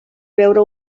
veure